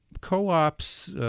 Co-ops